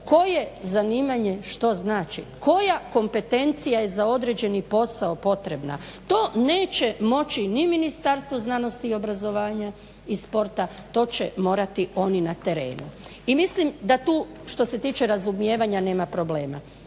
koje zanimanje što znači, koja kompetencija je za određeni posao potrebna. To neće moći ni Ministarstvo znanosti i obrazovanja i sporta. To će morati oni na terenu. I mislim da tu što se tiče razumijevanja nema problema.